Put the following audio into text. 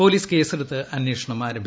police കേസെടുത്ത് അന്വേഷണം ആരംഭിച്ചു